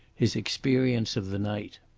his experience of the night.